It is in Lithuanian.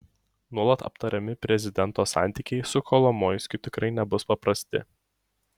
nuolat aptariami prezidento santykiai su kolomoiskiu tikrai nebus paprasti